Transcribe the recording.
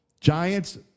Giants